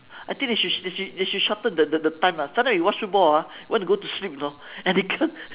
I think they should they should they should shorten the the the time lah sometime you watch football ah want to go to sleep you know and you can't